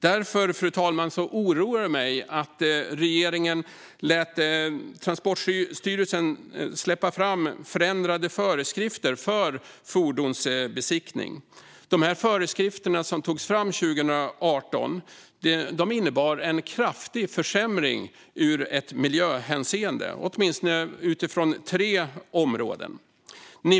Därför oroar det mig, fru talman, att regeringen lät Transportstyrelsen släppa fram förändrade föreskrifter för fordonsbesiktning. Föreskrifterna som togs fram 2018 innebar en kraftig försämring ur ett miljöhänseende, åtminstone utifrån tre områden.